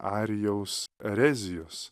arijaus erezijos